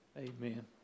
Amen